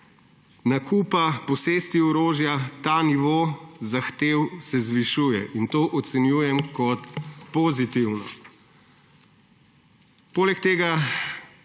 nakupa, posesti orožja, se ta nivo zahtev zvišuje. In to ocenjujem kot pozitivno. Poleg tega